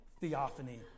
theophany